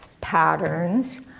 patterns